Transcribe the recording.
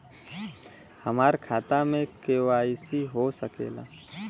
हमार खाता में के.वाइ.सी हो सकेला?